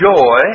joy